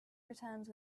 returns